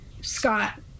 Scott